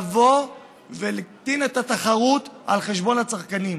להקטין את התחרות על חשבון הצרכנים.